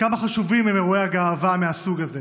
כמה חשובים הם אירועי הגאווה מהסוג הזה.